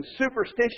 superstitious